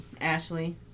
Ashley